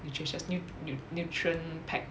which is just nu~ nu~ nutrient pack